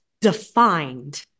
defined